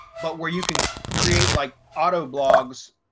but where you can create like auto blogs,